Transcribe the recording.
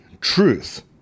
truth